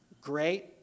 great